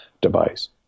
device